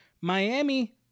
Miami